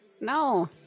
No